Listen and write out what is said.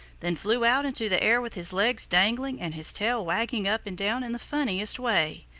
then flew out into the air with his legs dangling and his tail wagging up and down in the funniest way,